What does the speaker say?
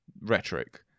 rhetoric